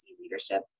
Leadership